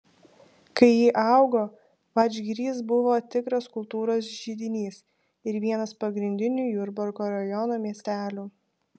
kai ji augo vadžgirys buvo tikras kultūros židinys ir vienas pagrindinių jurbarko rajono miestelių